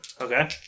Okay